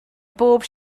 bob